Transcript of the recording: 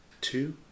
two